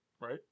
Right